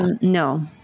no